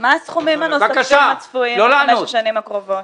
מה הסכומים הנוספים הצפויים בחמש השנים הקרובות?